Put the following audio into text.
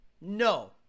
no